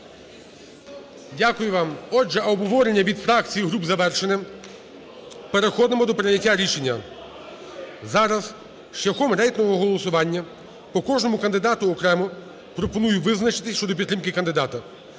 Дякую вам. Отже, обговорення від фракцій і груп завершене. Переходимо до прийняття рішення. Зараз шляхом рейтингового голосування по кожному кандидату окремо пропоную визначитися щодо підтримки кандидата.